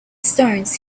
stones